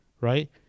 right